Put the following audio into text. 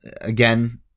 Again